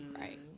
Right